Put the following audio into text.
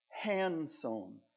hand-sewn